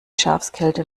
schafskälte